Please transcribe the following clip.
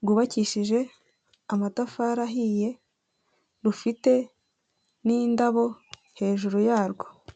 rwubakishije amatafari ahiye rufite n'indabo hejuru yarwo.